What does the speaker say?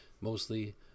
mostly